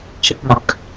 Chipmunk